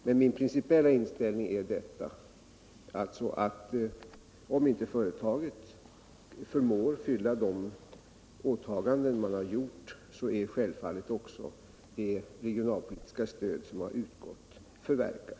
Men min principiella inställning är alltså: Om inte företaget förmår fullgöra de åtaganden det har gjort är självfallet också det regionalpolitiska stöd som har utgått förverkat.